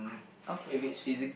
okay